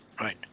right